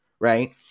right